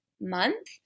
month